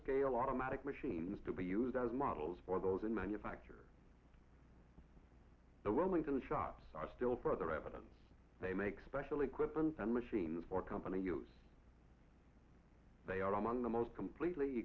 scale automatic machine to be used as models for those in manufacture the woman to the shops are still further evidence they make special equipment and machines for company use they are among the most completely